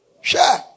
Sure